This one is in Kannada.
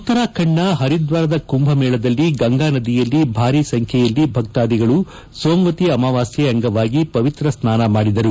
ಉತ್ತರಾಖಂಡನ ಹರಿದ್ವಾರದ ಕುಂಭ ಮೇಳದಲ್ಲಿ ಗಂಗಾನದಿಯಲ್ಲಿ ಭಾರೀ ಸಂಖ್ಯೆಯಲ್ಲಿ ಭಕ್ತಾದಿಗಳು ಸೋಂವತಿ ಅಮಾವಾಸ್ಥೆ ಅಂಗವಾಗಿ ಪವಿತ್ರ ಸ್ನಾನ ಮಾಡಿದರು